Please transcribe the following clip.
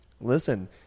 listen